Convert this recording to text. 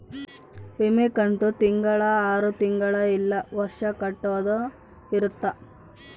ವಿಮೆ ಕಂತು ತಿಂಗಳ ಆರು ತಿಂಗಳ ಇಲ್ಲ ವರ್ಷ ಕಟ್ಟೋದ ಇರುತ್ತ